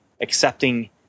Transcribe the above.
accepting